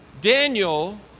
Daniel